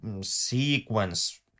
sequence